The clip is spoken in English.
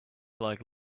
like